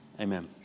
amen